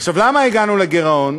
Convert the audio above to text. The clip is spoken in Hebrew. עכשיו, למה הגענו לגירעון?